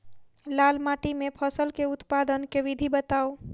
लाल माटि मे फसल केँ उत्पादन केँ विधि बताऊ?